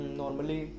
normally